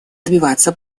добиваться